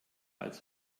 als